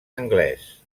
anglès